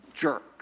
Jerk